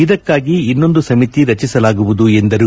ಇದಕ್ಕಾಗಿ ಇನ್ನೊಂದು ಸಮಿತಿ ರಚಿಸಲಾಗುವುದು ಎಂದರು